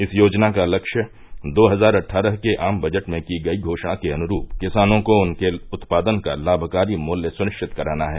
इस योजना का लक्ष्य दो हजार अट्ठारह के आम बजट में की गई घोषणा के अनुरूप किसानों को उनके उत्पादन का लाभकारी मूल्य सुनिश्चित कराना है